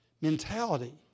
mentality